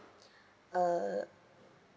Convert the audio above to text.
uh